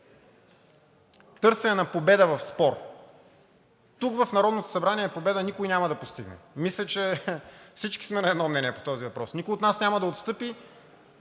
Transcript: търсене на победа в спор. Тук в Народното събрание победа никой няма да постигне. Мисля, че всички сме на едно мнение по този въпрос. Никой от нас няма да отстъпи,